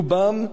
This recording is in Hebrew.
רובם,